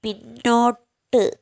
പിന്നോട്ട്